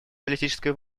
политической